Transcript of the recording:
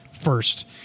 first